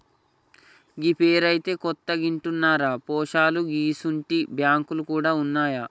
గీ పేరైతే కొత్తగింటన్నరా పోశాలూ గిసుంటి బాంకులు గూడ ఉన్నాయా